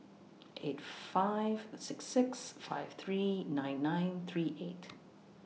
eight five six six five three nine nine three eight